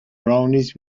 brownies